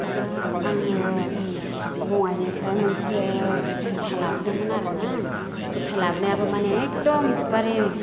आरो आङो बङाइनिफ्राय मोनसे कुरता लाबोदोंमोन आरोना कुरता लाबोनायाबो माने एखदमबारे माने